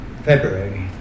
February